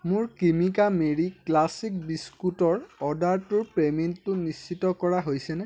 মোৰ Cremica Marie classic বিস্কুটৰ অৰ্ডাৰটোৰ পে'মেণ্টটো নিশ্চিত কৰা হৈছেনে